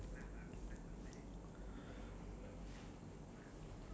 cause you don't want to make like ya you don't you don't want to make them feel